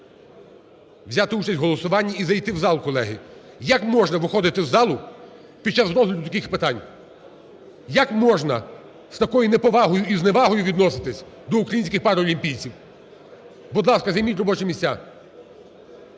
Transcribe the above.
взяти участь в голосуванні і зайти в зал, колеги. Як можна виходити із залу під час розгляду таких питань? Як можна з такою неповагою і зневагою відноситися до українських паралімпійців. Будь ласка, займіть робочі місця,